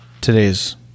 Today's